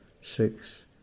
six